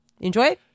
Enjoy